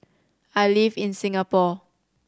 I live in Singapore